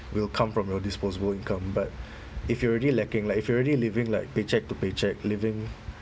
will come from your disposable income but if you are already lacking like if you are already living like paycheque to paycheque living